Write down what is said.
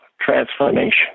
transformation